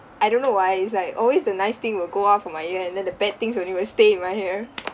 I don't know why it's like always the nice thing will go out from my ear and then the bad things only will stay in my ear